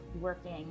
working